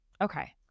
okay